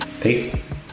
Peace